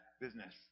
business